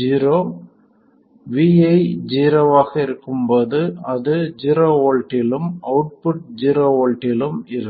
zero vi ஜீரோவாக இருக்கும்போது இது ஜீரோ வோல்ட்டிலும் அவுட்புட் ஜீரோ வோல்ட்டிலும் இருக்கும்